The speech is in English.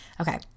Okay